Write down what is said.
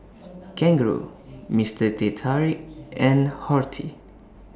Kangaroo Mister Teh Tarik and Horti